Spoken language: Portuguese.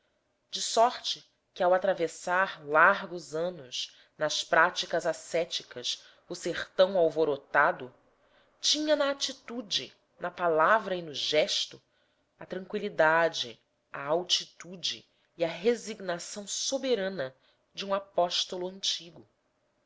de sorte que ao atravessar largos anos nas práticas ascéticas o sertão alvorotado tinha na atitude na palavra e no gesto a tranqüilidade a altitude e a resignação soberana de um apóstolo antigo